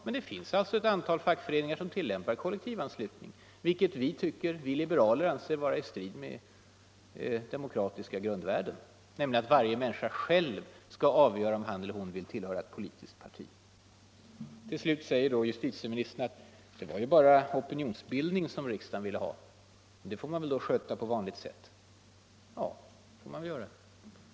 Men det finns ett antal fackföreningar som tillämpar kollektivanslutning, vilket vi liberaler anser vara i strid med det demokratiska grundvärdet, att varje människa själv skall avgöra om han eller hon vill tillhöra ett politiskt parti. Till slut säger justitieministern att det ju bara var en ”opinionsbildning” riksdagen ville ha, och den får man väl sköta på vanligt sätt. Ja, det får man väl göra i så fall.